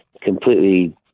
completely